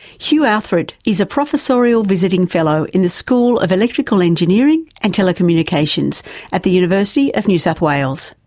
hugh outhred is a professorial visiting fellow in the school of electrical engineering and telecommunications at the university of new south wales.